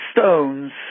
stones